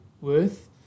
worth